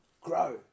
grow